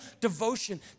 devotion